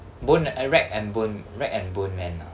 bone and rag and bone rag and bone man ah